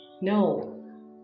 No